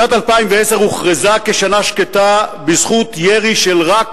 שנת 2010 הוכרזה כשנה שקטה בזכות ירי של רק